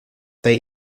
they